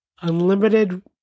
unlimited